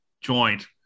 joint